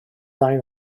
ddau